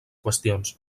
qüestions